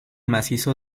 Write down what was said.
macizo